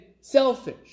selfish